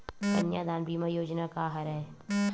कन्यादान बीमा योजना का हरय?